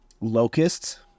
locusts